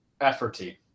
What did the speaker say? Efforty